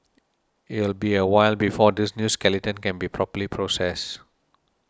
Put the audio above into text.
it will be a while before this new skeleton can be properly processed